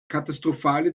katastrophale